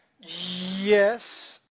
Yes